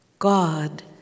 God